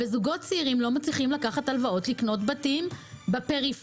זוגות צעירים לא מצליחים לקחת הלוואות לקנות בתים בפריפריה.